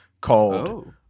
called